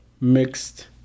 mixed